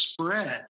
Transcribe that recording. spread